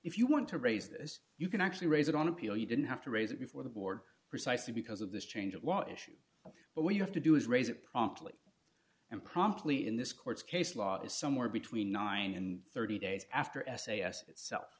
if you want to raise this you can actually raise it on appeal you didn't have to raise it before the board precisely because of this change of law issue but what you have to do is raise it promptly and promptly in this court's case law is somewhere between nine dollars thirty cents days after s a s itself